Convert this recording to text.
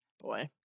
Boy